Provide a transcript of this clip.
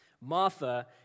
Martha